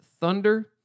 Thunder